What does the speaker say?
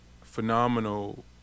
phenomenal